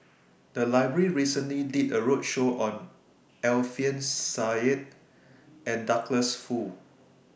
The Library recently did A roadshow on Alfian Sa'at and Douglas Foo